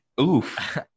oof